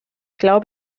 glaube